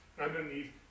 underneath